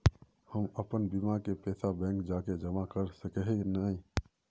हम अपन बीमा के पैसा बैंक जाके जमा कर सके है नय?